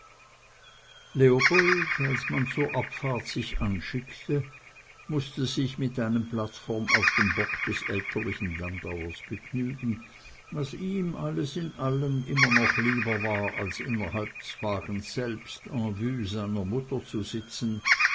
leopold als man zur abfahrt sich anschickte mußte sich mit einem platz vorn auf dem bock des elterlichen landauers begnügen was ihm alles in allem immer noch lieber war als innerhalb des wagens selbst en vue seiner mutter zu sitzen